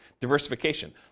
diversification